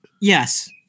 Yes